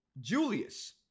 Julius